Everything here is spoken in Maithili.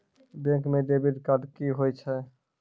बैंक म डेबिट कार्ड की होय छै?